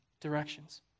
directions